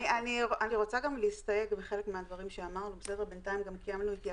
אני רוצה גם להסתייג מחלק מהדברים שאמרנו, בסדר?